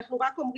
אנחנו רק אומרים,